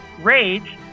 rage